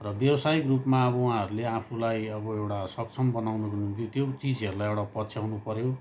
र व्यावसायिक रूपमा अब उहाँहरूले आफूलाई अब एउटा सक्षम बनाउनको निम्ति त्यो चिजहरूलाई एउटा पछ्याउनु पऱ्यो